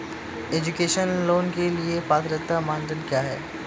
Education loan के लिए पात्रता मानदंड क्या है?